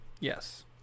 Yes